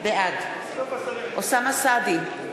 בעד אוסאמה סעדי,